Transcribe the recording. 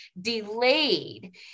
delayed